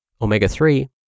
omega-3